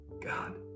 God